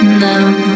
now